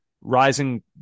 rising